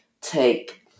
take